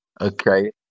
Okay